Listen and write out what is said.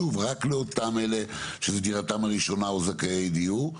שוב רק לאותם אלה שזו דירתם הראשונה או זכאי דיור,